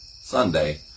Sunday